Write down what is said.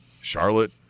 Charlotte